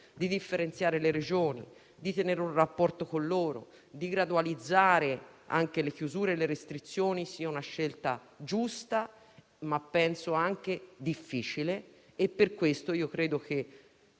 di differenziare le Regioni, di tenere un rapporto con loro, di gradualizzare le chiusure e le restrizioni sia giusta ma penso anche difficile, e per questo credo che